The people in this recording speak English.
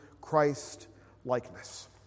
Christ-likeness